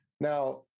Now